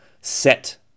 set